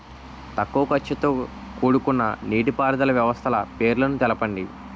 తక్కువ ఖర్చుతో కూడుకున్న నీటిపారుదల వ్యవస్థల పేర్లను తెలపండి?